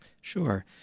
Sure